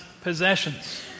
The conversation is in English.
possessions